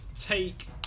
Take